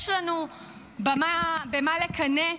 יש לנו במה לקנא,